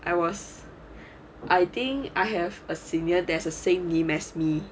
I was I think I have a senior that has a same name as me